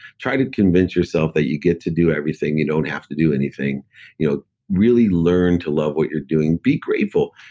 try to convince yourself that you get to do everything. you don't have to do anything you know really learn to love what you're doing. be grateful.